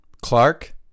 Clark